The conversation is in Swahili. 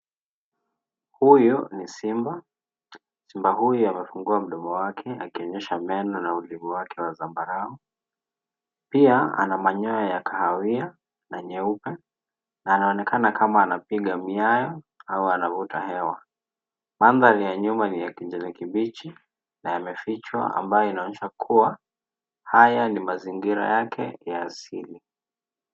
Huyu ni simba. Simba huyu amefungua mdomo wake akionyesha meno na ulimi wake wa zambarau. Pia ana manyoya ya kahawia na nyeupe na anaonekana kama anapiga miayo au anavuta hewa. Mandhari ya nyuma ni ya kijani kibichi na yamefichwa ambayo inaonyesha kuwa haya ni mazingira yake ya asili.